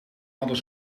hadden